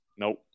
nope